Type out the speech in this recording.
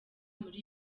muri